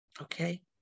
Okay